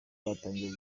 batangiye